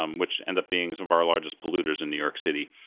um which ends up being some of our largest polluters in new york city.